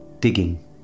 digging